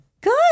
good